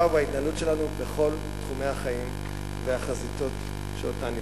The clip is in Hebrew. ובהתנהלות שלנו בכל תחומי החיים והחזיתות שאותן נפגוש.